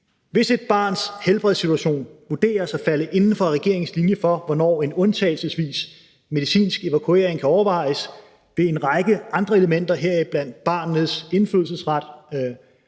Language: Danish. Hvis et barns helbredssituation vurderes at falde inden for regeringens linje for, hvornår en undtagelsesvis medicinsk evakuering kan overvejes, vil en række andre elementer, heriblandt barnets indfødsret